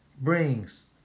brings